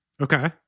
Okay